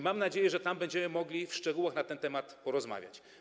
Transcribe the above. Mam nadzieję, że będziemy tam mogli w szczegółach na ten temat porozmawiać.